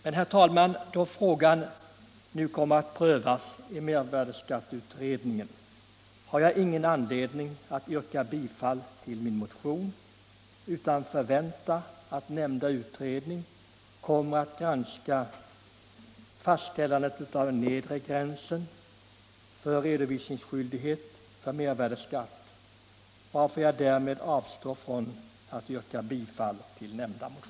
Men, herr talman, då frågan nu kommer att prövas i mervärdeskatteutredningen har jag ingen anledning att yrka bifall till min motion utan förväntar att nämnda utredning kommer att bedöma frågan om en höjning av den nedre gränsen för redovisningsskyldighet för mervärdeskatt.